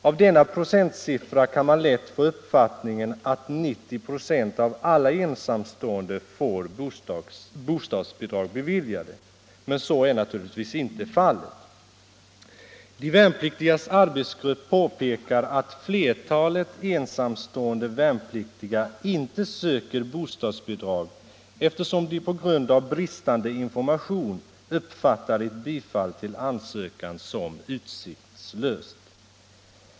Av denna procentsiffra kan man lätt få den uppfattningen att 90 96 av alla ensamstående får bostadsbidrag beviljade, men så är naturligtvis inte fallet. De värnpliktigas arbetsgrupp påpekar att flertalet ensamstående värnpliktiga inte söker bostadsbidrag, eftersom de på grund av bristande information uppfattar det som utsiktslöst att få ansökan bifallen.